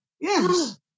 Yes